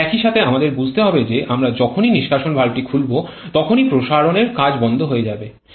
তবে একই সাথে আমাদের বুঝতে হবে যে আমরা যখনই নিষ্কাশন ভালভটি খুলব তখনই প্রসারণের কাজ বন্ধ হয়ে যাবে